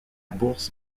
bourse